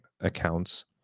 accounts